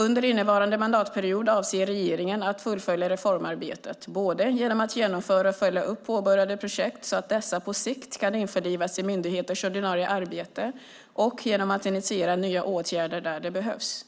Under innevarande mandatperiod avser regeringen att fullfölja reformarbetet, både genom att genomföra och följa upp påbörjade projekt så att dessa på sikt kan införlivas i myndigheters ordinarie arbete och genom att initiera nya åtgärder där det behövs.